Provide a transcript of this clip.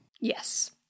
Yes